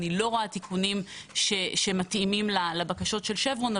אני לא רואה תיקונים שמתאימים לבקשות של שברון,